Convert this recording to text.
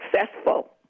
successful